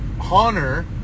Hunter